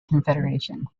confederation